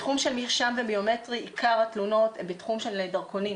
בתחום של מרשם וביומטרי עיקר התלונות הן בתחום של דרכונים,